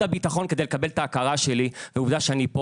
הביטחון כדי לקבל את ההכרה שלי ועובדה שאני כאן,